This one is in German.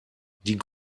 die